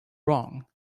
wrong